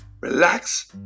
relax